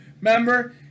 Remember